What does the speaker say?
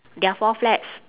there are four flags